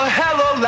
hello